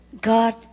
God